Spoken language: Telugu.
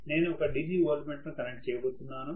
నేను ఒక DC వోల్టమీటర్ను కనెక్ట్ చేయబోతున్నాను